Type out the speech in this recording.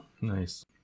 nice